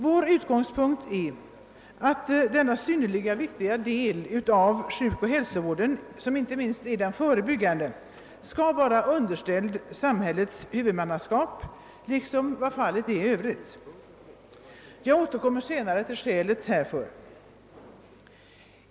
Vår utgångspunkt är att denna synnerligen viktiga del av sjukoch hälsovården, som inte minst är förebyggande, skall vara underställd samhällets huvudmannaskap liksom sjukvården är i övrigt. Jag återkommer senare till skälen härför.